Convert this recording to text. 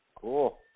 Cool